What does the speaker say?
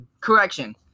correction